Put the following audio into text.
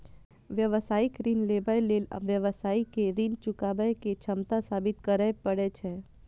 व्यावसायिक ऋण लेबय लेल व्यवसायी कें ऋण चुकाबै के क्षमता साबित करय पड़ै छै